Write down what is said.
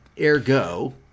ergo